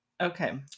Okay